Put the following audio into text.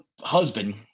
husband